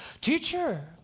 Teacher